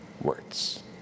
words